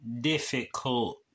difficult